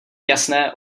jasné